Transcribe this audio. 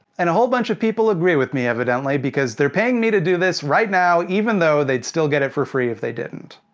and a whole bunch of people agree with me, evidently, because they're paying me to do this right now, even though they'd still get it for free if they didn't.